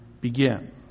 begin